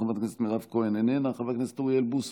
חבר הכנסת אלי אבידר,